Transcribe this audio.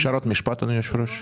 אפשר רק משפט, אדוני יושב הראש?